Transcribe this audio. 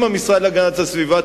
עם המשרד להגנת הסביבה,